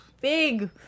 big